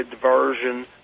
version